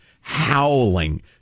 howling